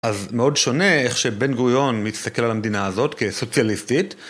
אז מאוד שונה איך שבן גוריון מסתכל על המדינה הזאת, כסוציאליסטית,